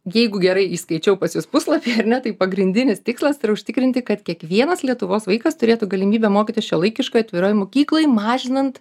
jeigu gerai įskaičiau pas jus puslapy ar ne tai pagrindinis tikslas yra užtikrinti kad kiekvienas lietuvos vaikas turėtų galimybę mokytis šiuolaikiškoj atviroj mokykloj mažinant